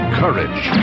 courage